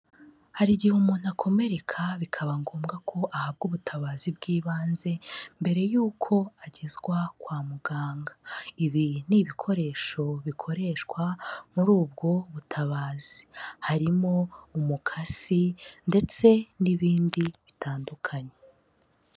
Hari igihe umuntu akomereka bikaba ngombwa ko ahabwa ubutabazi bw'ibanze mbere yuko agezwa kwa muganga. Ibi ni ibikoresho bikoreshwa muri ubwo butabazi. Harimo umukasi ndetse n'ibindi bitandukanye.